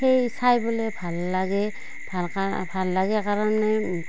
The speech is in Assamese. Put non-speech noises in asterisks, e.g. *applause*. সেই চাই পেলাই ভাল লাগে ভাল *unintelligible* লাগে কাৰণেই